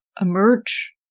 emerge